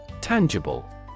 Tangible